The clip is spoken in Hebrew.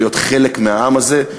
ולהיות חלק מהעם הזה,